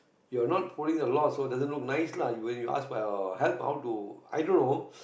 you're not holding a lot so doesn't look nice lah really ask for help how to i don't know